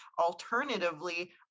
alternatively